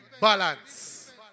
Balance